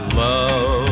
love